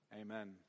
amen